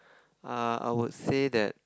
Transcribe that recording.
uh I would say that